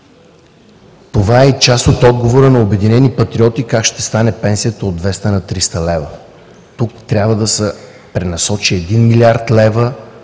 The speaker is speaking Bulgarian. Това е част от отговора на „Обединени патриоти“ как ще стане пенсията от 200 на 300 лв. Тук трябва да се пренасочи 1 млрд. лв.